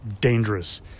dangerous